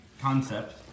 concept